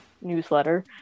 newsletter